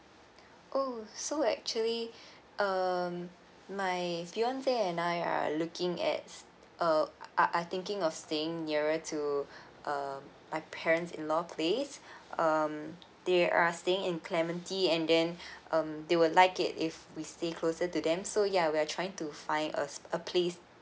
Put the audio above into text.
oh so actually um my fiancé and I are looking at uh are are thinking of staying nearer to uh my parents in law place um they are staying in clementi and then um they would like it if we stay closer to them so ya we're trying to find a sp~ a place